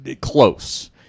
close